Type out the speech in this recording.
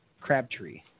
Crabtree